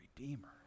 redeemer